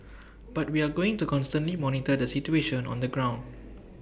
but we are going to constantly monitor the situation on the ground